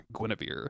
Guinevere